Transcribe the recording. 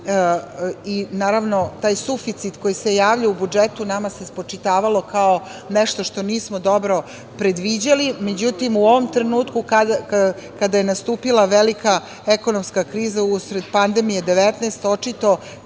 i naravno, taj suficit koji se javljao u budžetu, nama se spočitavalo kao nešto što nismo dobro predviđali. Međutim, u ovom trenutku, kada je nastupila velika ekonomska kriza usred pandemije kovid 19, očito